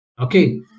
Okay